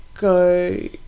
Go